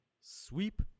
sweep